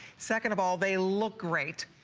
second of all they look great.